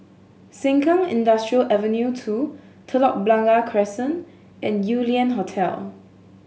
Sengkang Industrial Avenue Two Telok Blangah Crescent and Yew Lian Hotel